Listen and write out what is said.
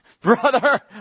brother